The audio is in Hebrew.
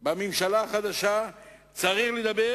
בממשלה החדשה צריך לדבר